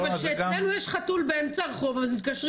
כשאצלנו יש חתול באמצע הרחוב אז מתקשרים